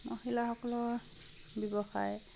মহিলাসকলৰ ব্যৱসায়